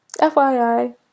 FYI